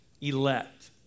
elect